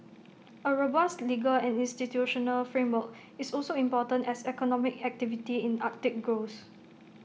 A robust legal and institutional framework is also important as economic activity in Arctic grows